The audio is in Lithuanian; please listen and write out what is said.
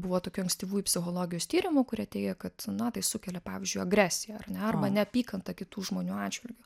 buvo tokių ankstyvųjų psichologijos tyrimų kurie teigė kad na tai sukelia pavyzdžiui agresiją ar ne arba neapykantą kitų žmonių atžvilgiu